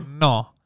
no